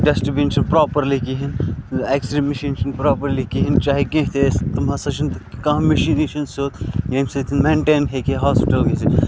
dust بِن چھ نہٕ properly کِہیٖنۍ ایٚکس رے مِشیٖن چھ نہٕ پراپرلی کِہیٖنۍ چاہے کینٛہہ تہِ ٲسۍتن تِم ہَسا چھنہٕ کانٛہہ مِشیٖنی چھَ نہٕ سیود ییٚمہِ سۭتۍ مینٹین ہیٚکہِ ہا ہاسپِٹَل گٔژھِتھ